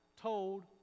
told